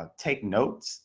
um take notes